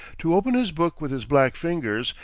to open his book with his black fingers,